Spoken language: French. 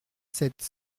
sept